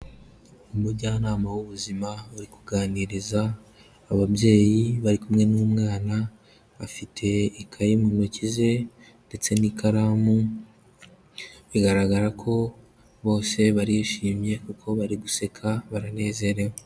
Umujyanama w'ubuzima uri kuganiriza ababyeyi bari kumwe n'umwana, bafite ikayi mu ntoki ze ndetse n'ikaramu, bigaragara ko bose barishimye kuko bari guseka, baranezerewe.